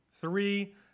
three